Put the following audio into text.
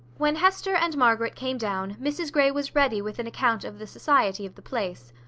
when hester and margaret came down, mrs grey was ready with an account of the society of the place.